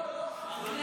לא, לא, לא.